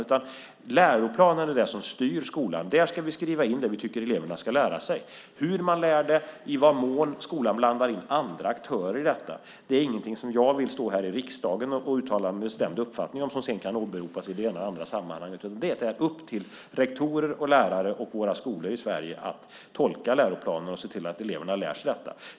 Det är läroplanen som styr skolan. Där ska vi skriva in det vi tycker att eleverna ska lära sig. Hur man lär ut det och i vad mån skolan blandar in andra aktörer i detta är ingenting som jag vill stå här i riksdagen och uttala en bestämd uppfattning om som sedan kan åberopas i det ena och det andra sammanhanget. Det är upp till rektorer, lärare och våra skolor i Sverige att tolka läroplanen och se till att eleverna lär sig detta.